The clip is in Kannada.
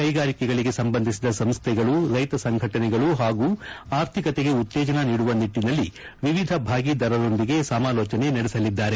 ಕ್ಟೆಗಾರಿಕೆಗೆ ಸಂಬಂಧಿಸಿದ ಸಂಸ್ವೆಗಳು ರೈತ ಸಂಘಟನೆಗಳು ಹಾಗೂ ಅರ್ಥಿಕತೆಗೆ ಉತ್ತೇಜನ ನೀಡುವ ನಿಟ್ಟಿನಲ್ಲಿ ವಿವಿಧ ಭಾಗೀದಾರರೊಂದಿಗೆ ಸಮಾಲೋಚನೆ ನಡೆಸಲಿದ್ದಾರೆ